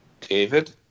David